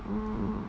mm